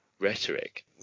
rhetoric